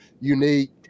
unique